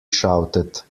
shouted